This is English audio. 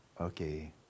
Okay